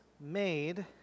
made